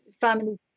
family